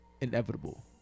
inevitable